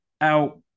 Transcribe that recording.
out